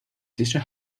sister